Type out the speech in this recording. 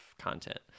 content